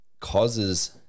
causes